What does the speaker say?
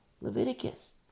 Leviticus